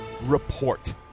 report